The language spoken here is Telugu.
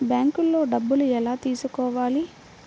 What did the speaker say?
బ్యాంక్లో డబ్బులు ఎలా తీసుకోవాలి?